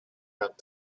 not